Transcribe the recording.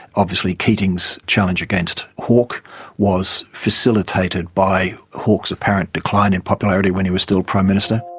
obviously keating's challenge against hawke was facilitated by hawke's apparent decline in popularity when he was still prime minister.